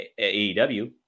aew